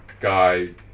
guy